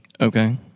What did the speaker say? Okay